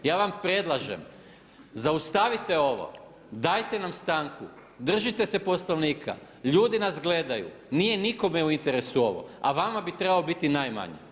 Ja vam predlažem, zaustavite ovo, dajte nam stanku, držite se Poslovnika, ljudi nas gledaju, nije nikome u interesu ovo, a vama bi trebalo biti najmanje.